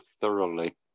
thoroughly